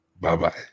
Bye-bye